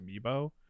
Amiibo